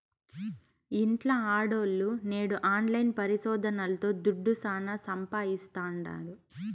ఇంట్ల ఆడోల్లు నేడు ఆన్లైన్ పరిశోదనల్తో దుడ్డు శానా సంపాయిస్తాండారు